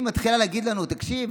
היא מתחילה להגיד לנו: תקשיב,